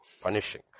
punishing